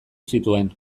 zituen